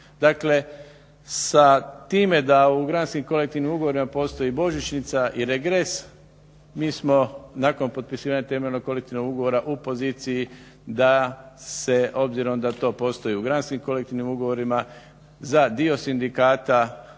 Dakle, sa time da u granskim kolektivnim ugovorima postoji božićnica i regres mi smo nakon potpisivanja temeljnog kolektivnog ugovora u poziciji da se obzirom da to postoji u granskim kolektivnim ugovorima za dio sindikata